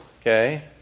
okay